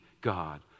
God